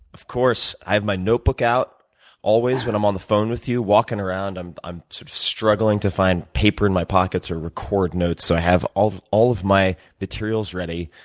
of course. i have my notebook out always when i'm on the phone with you, walking around, i'm i'm sort of struggling to find paper in my pockets or record notes. so i have all all of my materials ready.